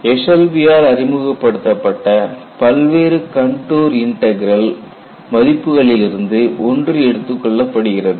ஏஷல்பியால் அறிமுகப்படுத்தப்பட்ட பல்வேறு contour integral மதிப்புகளிலிருந்து ஒன்று எடுத்துக்கொள்ளப்படுகிறது